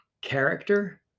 character